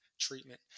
treatment